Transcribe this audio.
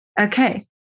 okay